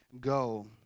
go